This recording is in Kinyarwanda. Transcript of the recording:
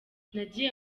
nagiye